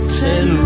ten